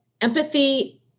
empathy